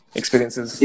experiences